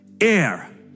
air